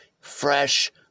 fresh